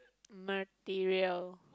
material